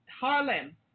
Harlem